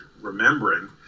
remembering